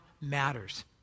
matters